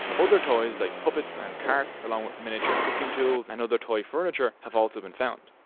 other toys like puppets and carts along with miniature cooking tools and other toy furniture have also been found.